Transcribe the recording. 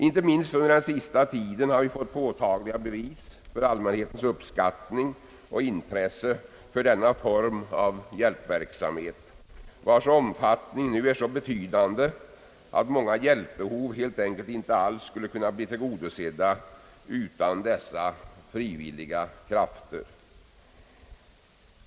Inte minst den senaste tiden har vi fått påtagliga bevis för allmänhetens uppskattning och intresse för denna form av hjälpverksamhet, vars omfattning nu är så betydande att många hjälpbehov helt enkelt inte alls skulle kunna bli tillgodosedda utan dessa frivilliga krafter.